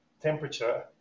temperature